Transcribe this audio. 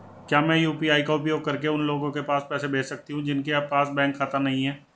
क्या मैं यू.पी.आई का उपयोग करके उन लोगों के पास पैसे भेज सकती हूँ जिनके पास बैंक खाता नहीं है?